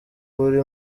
buri